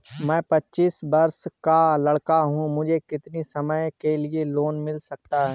मैं पच्चीस वर्ष का लड़का हूँ मुझे कितनी समय के लिए लोन मिल सकता है?